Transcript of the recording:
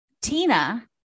Tina